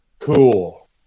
cool